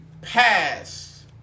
pass